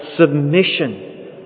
submission